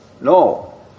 No